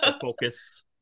focus